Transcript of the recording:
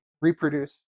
reproduce